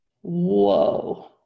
whoa